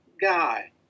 guy